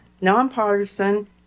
nonpartisan